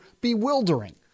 bewildering